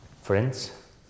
Friends